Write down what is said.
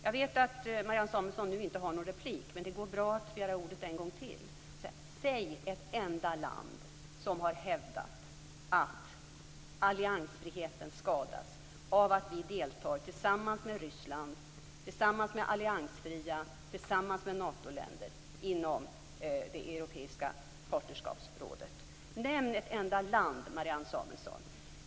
Jag vet att Marianne Samuelsson inte har rätt till ytterligare replik, men det går bra att begära ordet en gång till. Nämn då ett enda land, Marianne Samuelsson, som har hävdat att alliansfriheten skadas av att vi deltar tillsammans med Ryssland, tillsammans med alliansfria länder och tillsammans med Natoländer inom det europeiska partnerskapsrådet!